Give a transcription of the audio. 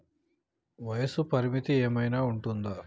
వయస్సు పరిమితి ఏమైనా ఉంటుందా?